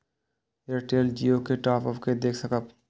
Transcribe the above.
Airtel Jio के top up के देख सकब?